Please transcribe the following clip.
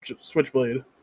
Switchblade